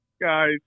Guys